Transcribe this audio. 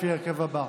לפי ההרכב הבא: